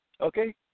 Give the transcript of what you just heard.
okay